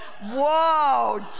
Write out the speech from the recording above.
whoa